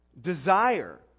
Desire